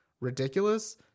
ridiculous